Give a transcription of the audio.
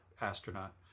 astronaut